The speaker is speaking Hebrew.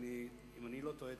ואם אני לא טועה,